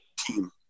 team